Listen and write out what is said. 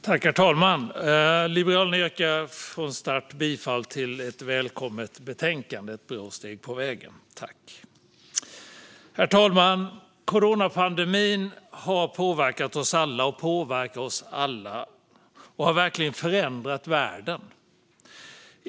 Herr talman! Liberalerna yrkar bifall till ett välkommet förslag och ett bra steg på vägen - tack! Coronapandemin påverkar oss alla och har verkligen förändrat världen.